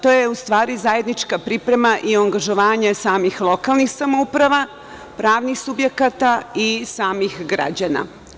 To je, u stvari, zajednička priprema i angažovanje samih lokalnih samouprava, pravnih subjekata i samih građana.